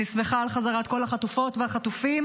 אני שמחה על חזרת כל החטופות והחטופים,